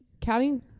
Counting